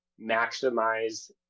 maximize